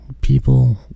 People